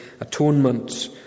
atonement